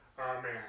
Amen